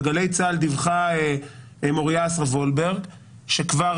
בגלי צה"ל דיווחה מוריה אסרף וולברג שכבר